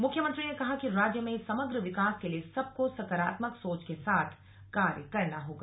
मुख्यमंत्री ने कहा कि राज्य के समग्र विकास के लिए सबको सकारात्मक सोच के साथ कार्य करना होगा